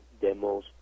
demos